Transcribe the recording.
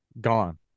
Gone